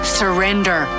surrender